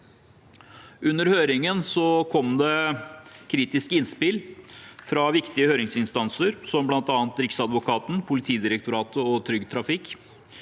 Under høringen kom det kritiske innspill fra viktige høringsinstanser, som bl.a. Riksadvokaten, Politidirektoratet og Trygg Trafikk.